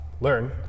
learn